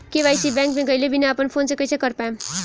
KYC bank मे गएले बिना अपना फोन से कइसे कर पाएम?